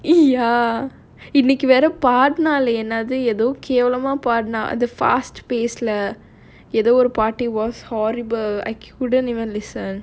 !ee! ya இன்னைக்கு வேற பாடுனா என்னது எதோ கேவலமா பாடுனா:innaiku vera paaduna ennathu edho kevalamaa paadunaa the fast pace lah ya the whole party was horrible I couldn't even listen